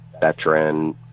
veteran